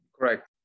Correct